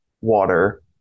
water